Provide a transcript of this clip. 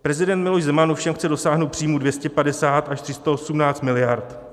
Prezident Miloš Zeman ovšem chce dosáhnout příjmů 250 až 318 mld.